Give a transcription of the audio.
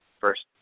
first